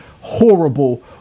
horrible